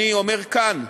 אני אומר כאן: